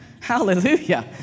Hallelujah